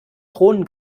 kronen